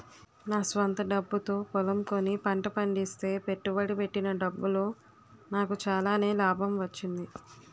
నా స్వంత డబ్బుతో పొలం కొని పంట పండిస్తే పెట్టుబడి పెట్టిన డబ్బులో నాకు చాలానే లాభం వచ్చింది